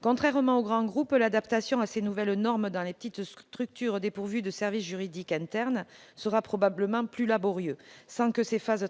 Contrairement aux grands groupes, l'adaptation à ces nouvelles normes dans les petites structures dépourvues de service juridique interne sera probablement plus laborieuse, sans pour autant que cette phase